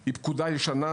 היא פקודה ישנה,